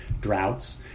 droughts